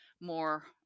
more